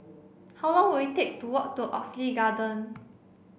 how long will it take to walk to Oxley Garden